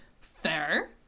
fair